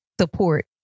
support